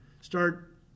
start